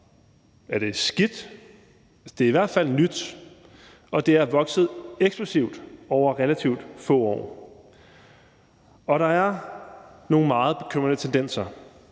det skidt? Det er i hvert fald nyt, og det er vokset eksplosivt og på relativt få år. Og der er nogle meget bekymrende tendenser